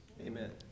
Amen